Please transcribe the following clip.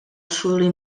fully